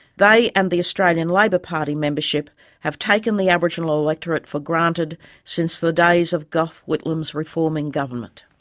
they and the australian labor party membership have taken the aboriginal electorate for granted since the days of gough whitlam's reforming government.